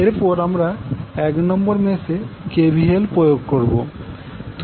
এরপর আমরা এক নম্বর মেস এ KVL প্রয়োগ করবো